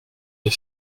des